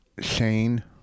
Shane